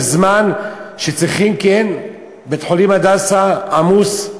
כי בית-חולים "הדסה" עמוס.